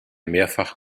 mehrfach